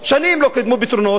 שנים לא קידמו פתרונות.